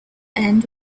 end